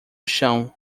chão